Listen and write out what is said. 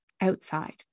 outside